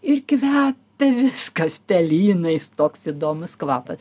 ir kvepia viskas pelynais toks įdomus kvapas